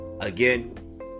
Again